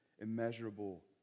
immeasurable